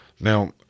Now